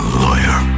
lawyer